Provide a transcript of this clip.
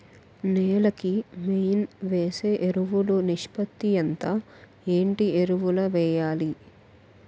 నేల కి మెయిన్ వేసే ఎరువులు నిష్పత్తి ఎంత? ఏంటి ఎరువుల వేయాలి?